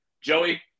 Joey